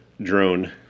drone